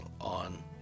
on